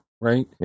right